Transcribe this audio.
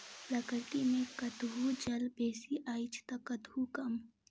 प्रकृति मे कतहु जल बेसी अछि त कतहु कम